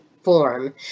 form